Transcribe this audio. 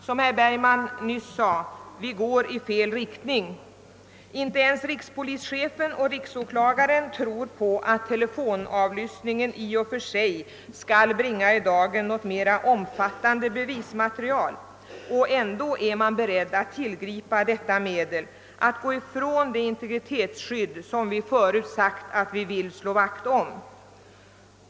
Som herr Bergman nyss sade går vi i fel riktning. Inte ens rikspolischefen och riksåklagaren tror att telefonavlyssning i och för sig kommer att bringa i dagen något omfattande bevismaterial, och ändå är man beredd att tillgripa detta medel och därmed gå ifrån det integritetsskydd som vi förut sagt att vi vill slå vakt om.